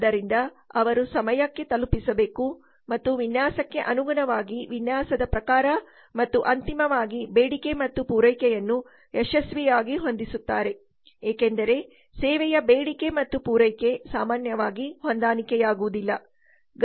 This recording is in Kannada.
ಆದ್ದರಿಂದ ಅವರು ಸಮಯಕ್ಕೆ ತಲುಪಿಸಬಹುದು ಮತ್ತು ವಿನ್ಯಾಸಕ್ಕೆ ಅನುಗುಣವಾಗಿ ವಿನ್ಯಾಸದ ಪ್ರಕಾರ ಮತ್ತು ಅಂತಿಮವಾಗಿ ಬೇಡಿಕೆ ಮತ್ತು ಪೂರೈಕೆಯನ್ನು ಯಶಸ್ವಿಯಾಗಿ ಹೊಂದಿಸುತ್ತಾರೆ ಏಕೆಂದರೆ ಸೇವೆಯ ಬೇಡಿಕೆ ಮತ್ತು ಪೂರೈಕೆ ಸಾಮಾನ್ಯವಾಗಿ ಹೊಂದಾಣಿಕೆಯಾಗುವುದಿಲ್ಲ